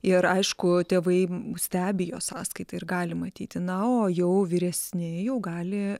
ir aišku tėvai stebi jo sąskaitą ir gali matyti na o jau vyresni jau gali